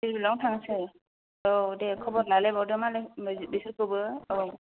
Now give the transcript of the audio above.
दिरबिल आवनो थांसै आव दे खबर लालायबावदो मालायखौबो बिसोरखौबो